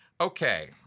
okay